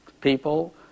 people